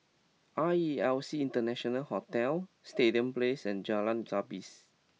R E L C International Hotel Stadium Place and Jalan Gapis